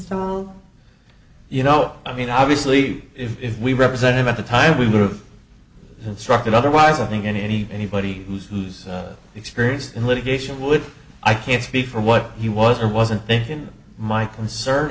stone you know i mean obviously if we represented him at the time we were of instructed otherwise i think any anybody who's who's experienced in litigation would i can't speak for what he was or wasn't thinking my concern